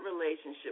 relationship